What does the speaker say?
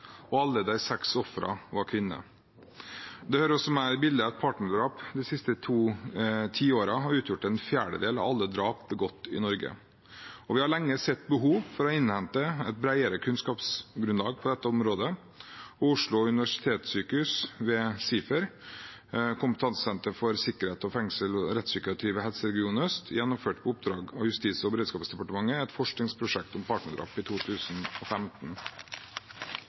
og alle de seks ofrene var kvinner. Det hører også med i bildet at partnerdrap de siste to tiårene har utgjort en fjerdedel av alle drap begått i Norge. Vi har lenge sett behov for å innhente et bredere kunnskapsgrunnlag på dette området. Oslo universitetssykehus ved SIFER, nasjonalt kompetansesenter for sikkerhets-, fengsels- og rettsspykiatri, ved helseregion Sør-Øst, gjennomførte på oppdrag fra Justis- og beredskapsdepartementet et forskningsprosjekt om partnerdrap i 2015.